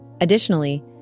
Additionally